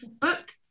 Book